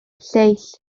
lleill